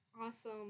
awesome